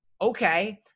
okay